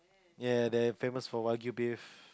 ya they're famous for Wangyu beef